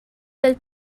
del